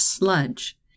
sludge